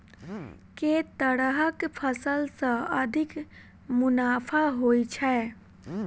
केँ तरहक फसल सऽ अधिक मुनाफा होइ छै?